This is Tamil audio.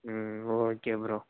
ம் ஓகே ப்ரோ